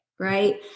right